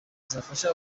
zafasha